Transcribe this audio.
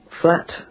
Flat